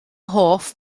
hoff